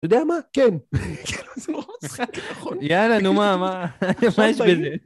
אתה יודע מה? כן. יאללה נו מה, מה יש בזה?